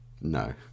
No